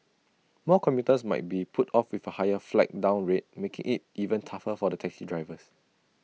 more commuters might be put off with A higher flag down rate making IT even tougher for the taxi drivers